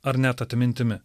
ar net atmintimi